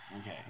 Okay